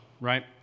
right